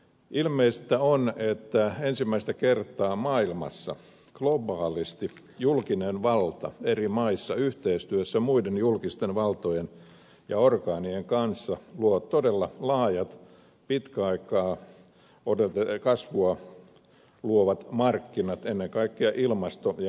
ilmeistä on että ensimmäistä kertaa maailmassa globaalisti julkinen valta eri maissa yhteistyössä muiden julkisten valtojen ja orgaanien kanssa luo todella laajat pitkäaikaista kasvua luovat markkinat ennen kaikkea ilmasto ja energia alalle